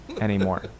anymore